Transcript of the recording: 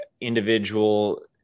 individual